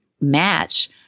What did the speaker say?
match